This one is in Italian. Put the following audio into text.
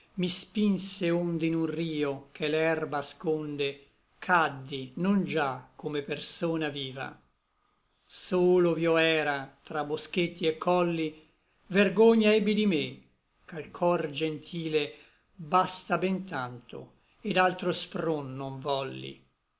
mi spinse onde in un rio che l'erba asconde caddi non già come persona viva solo ov'io era tra boschetti et colli vergogna ebbi di me ch'al cor gentile basta ben tanto et altro spron non volli